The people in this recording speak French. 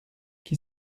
qui